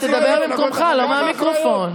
תדבר ממקומך, לא מהמיקרופון.